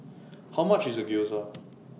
How much IS Gyoza